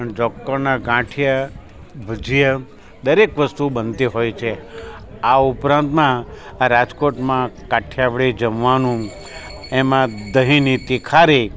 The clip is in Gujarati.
જોકોના ગાંઠિયા ભજીયા દરેક વસ્તુ બનતી હોય છે આ ઉપરાંતમાં આ રાજકોટમાં કાઠિયાવાડી જમવાનું એમા દહીંની તિખારી